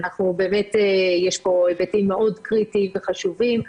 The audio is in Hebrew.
יש פה היבטים מאוד קריטיים וחשובים,